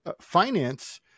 finance